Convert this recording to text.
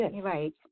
right